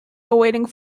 awaiting